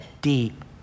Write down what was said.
deep